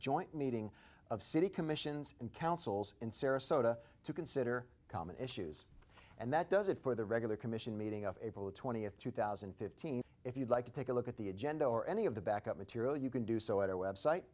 joint meeting of city commissions and councils in sarasota to consider common issues and that does it for the regular commission meeting of april twentieth two thousand and fifteen if you'd like to take a look at the agenda or any of the backup material you can do so at our website